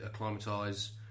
acclimatise